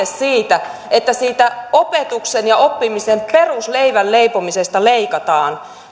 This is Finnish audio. siitä että siitä opetuksen ja oppimisen perusleivän leipomisesta leikataan